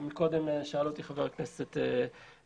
קודם שאל אותי חבר הכנסת בן ברק